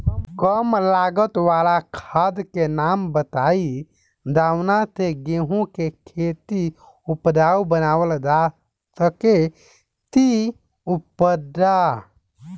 कम लागत वाला खाद के नाम बताई जवना से गेहूं के खेती उपजाऊ बनावल जा सके ती उपजा?